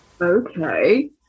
Okay